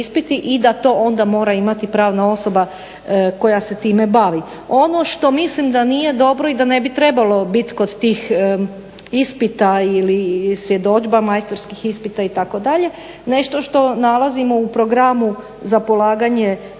i da to onda mora imati pravna osoba koja se time bavi. Ono što mislim da nije dobro i da ne bi trebalo bit kod tih ispita ili svjedodžba, majstorskih ispita itd. nešto što nalazimo u programu za polaganje